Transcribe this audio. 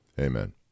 Amen